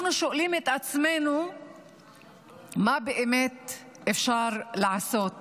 שואלים את עצמנו מה באמת אפשר לעשות